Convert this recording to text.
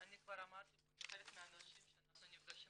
אני כבר אמרתי פה לחלק מהאנשים שאנחנו נפגשים